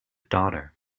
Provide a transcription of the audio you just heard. daughter